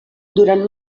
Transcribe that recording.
durant